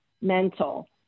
mental